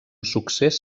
succés